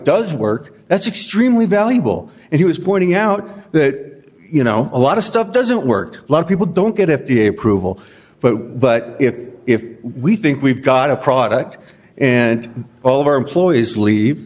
does work that's extremely valuable and he was pointing out that you know a lot of stuff doesn't work a lot of people don't get f d a approval but but if we think we've got a product and all of our employees lea